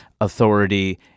authority